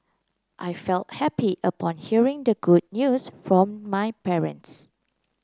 I felt happy upon hearing the good news from my parents